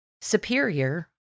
Superior